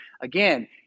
again